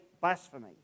blasphemy